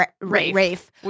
Rafe